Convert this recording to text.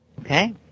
Okay